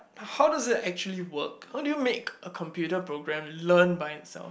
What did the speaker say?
how does it actually work how do you make a computer program learn by itself